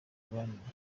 rwanda